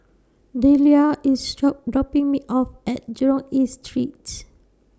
Dellia IS dropping Me off At Jurong East Streets